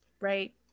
Right